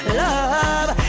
love